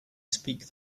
speak